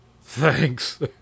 Thanks